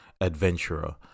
adventurer